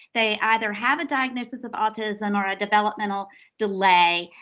they either have a diagnosis of autism or a developmental delay,